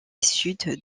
sud